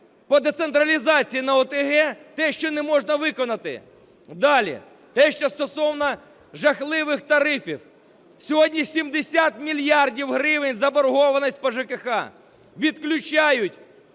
по децентралізації на ОТГ те, що не можна виконати. Далі. Те, що стосовно жахливих тарифів. Сьогодні 70 мільярдів гривень заборгованість по ЖКГ. Відключають